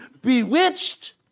bewitched